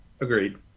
Agreed